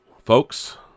folks